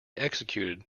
executed